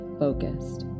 focused